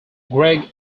greg